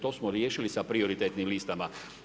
To smo riješili sa prioritetnim listama.